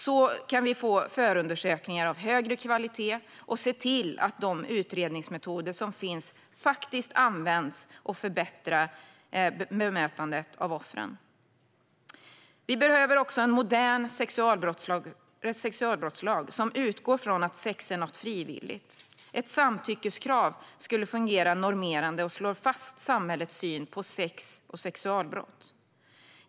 Så kan vi få förundersökningar av högre kvalitet och se till att de utredningsmetoder som finns faktiskt används och förbättrar bemötandet av offren. Vi behöver också en modern sexualbrottslag som utgår från att sex är något frivilligt. Ett samtyckeskrav skulle fungera normerande och slå fast samhällets syn på sex och sexualbrott.